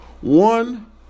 One